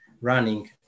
running